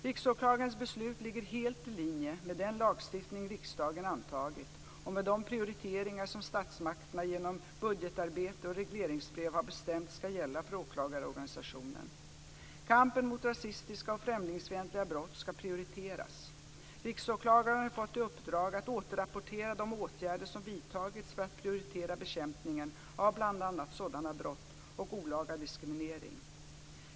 Riksåklagarens beslut ligger helt i linje med den lagstiftning riksdagen antagit och med de prioriteringar som statsmakterna, genom budgetarbete och regleringsbrev, har bestämt ska gälla för åklagarorganisationen. Kampen mot rasistiska och främlingsfientliga brott ska prioriteras. Riksåklagaren har fått i uppdrag att återrapportera de åtgärder som vidtagits för att prioritera bekämpningen av bl.a. sådana brott och olaga diskriminering.